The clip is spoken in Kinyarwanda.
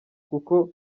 kuko